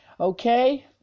Okay